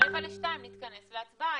ברבע לשתיים נתכנס להצבעה.